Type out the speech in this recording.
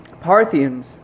Parthians